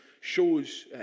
shows